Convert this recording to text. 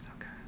okay